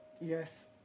yes